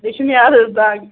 بیٚیہِ چھِ معادَس دَگ